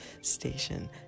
Station